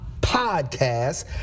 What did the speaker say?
Podcast